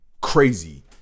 Crazy